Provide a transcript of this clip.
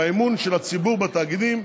באמון של הציבור בתאגידים,